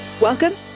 Welcome